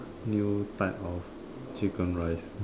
new type of chicken rice